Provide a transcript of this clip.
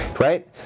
right